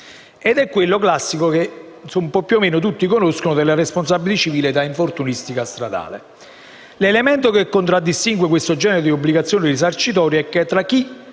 ed è quello classico, che più o meno tutti conoscono, della responsabilità civile da infortunistica stradale. L'elemento che contraddistingue questo genere di obbligazione risarcitoria è che tra chi